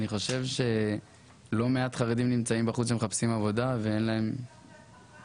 אני חושב שלא מעט חרדים נמצאים בחוץ ומחפשים עבודה ואין להם כיוון.